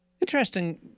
interesting